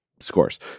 scores